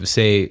say